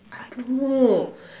I don't know